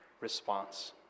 response